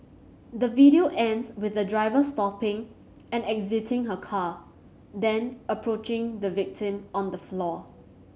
the video ends with the driver stopping and exiting her car then approaching the victim on the floor